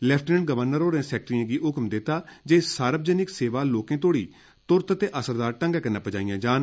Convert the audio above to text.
lieutenant governor होरें सैक्ट्रियें गी निर्देश दित्ता जे सार्वजनिक सेवां लोकें तोड़ी तुरत ते असरदार ढंगै कन्नै पुजाईयां जान